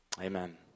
Amen